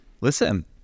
listen